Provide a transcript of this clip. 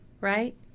right